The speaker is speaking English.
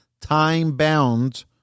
time-bound